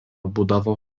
būdavo